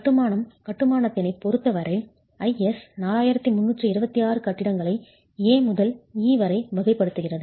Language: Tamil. கட்டுமானம் கட்டுமானத்தினைப் பொறுத்த வரை IS 4326 கட்டிடங்களை A முதல் E வரை வகைப்படுத்துகிறது